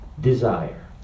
desire